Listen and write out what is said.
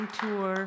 tour